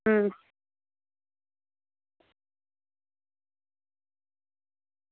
अं